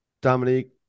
Dominique